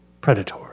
predator